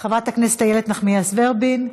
חברת הכנסת איילת נחמיאס ורבין,